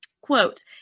Quote